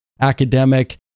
academic